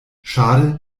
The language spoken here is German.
schade